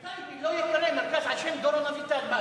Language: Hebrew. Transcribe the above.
בטייבה לא ייקרא מרכז על שם דורון אביטל.